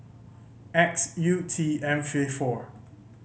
X U T M five four